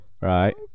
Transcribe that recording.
Right